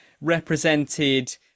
represented